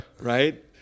Right